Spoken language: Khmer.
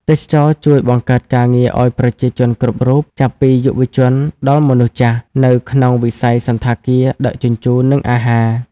ទេសចរណ៍ជួយបង្កើតការងារឲ្យប្រជាជនគ្រប់រូប ចាប់ពីយុវជនដល់មនុស្សចាស់ នៅក្នុងវិស័យសណ្ឋាគារ ដឹកជញ្ជូន និងអាហារ។